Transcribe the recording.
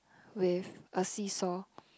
with a see saw